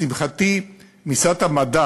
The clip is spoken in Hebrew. לשמחתי, משרד המדע